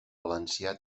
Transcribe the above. valencià